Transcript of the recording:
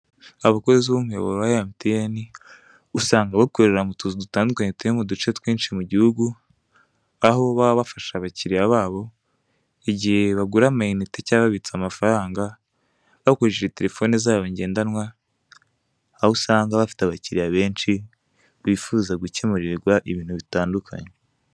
Abakozi b'umuyoboro wa emutiyeni usanga bakorera mu tuzu dutandukanye turi mu duce twinshi mu gihugu, aho baba bafasha abakiliriya babo igihe bagura amayinite cyangwa babitsa amafaranga bakoresheje telefoni zabo ngendanwa, aho usanga bafite abakiriya benshi bifuza gukemurirwa ibintu bitandukanye.